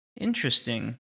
Interesting